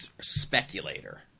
speculator